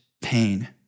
pain